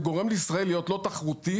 זה גורם לישראל להיות לא תחרותית,